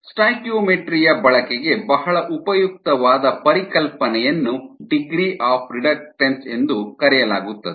ಸ್ಟಾಯ್ಕಿಯೋಮೆಟ್ರಿಯ ಬಳಕೆಗೆ ಬಹಳ ಉಪಯುಕ್ತವಾದ ಪರಿಕಲ್ಪನೆಯನ್ನು ಡಿಗ್ರೀ ಆಫ್ ರಿಡಕ್ಟನ್ಸ್ ಎಂದು ಕರೆಯಲಾಗುತ್ತದೆ